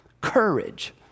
courage